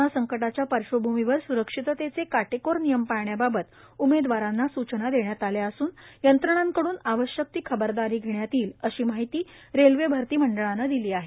corona संकटाच्या पार्श्वभूमीवर सुरक्षिततेचे काटेकोर नियम पळण्याबाबत उमेदवारांना सूचना देण्यात आल्या असून यंत्रणांकडून आवश्यक खबरदारी घेण्यात येईल अशी माहिती रेल्वे भरती मंडळाने दिली आहे